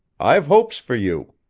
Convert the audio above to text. i've hopes for you.